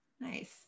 nice